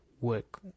work